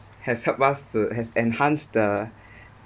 has helped us to has enhanced the